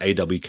AWK